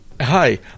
Hi